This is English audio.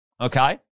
Okay